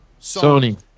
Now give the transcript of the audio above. Sony